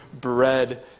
bread